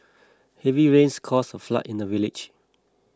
heavy rains caused a flood in the village